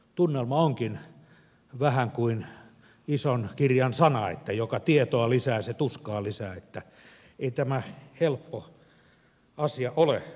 tunnelma onkin vähän kuin ison kirjan sana että joka tietoa lisää se tuskaa lisää niin että ei tämä helppo asia ole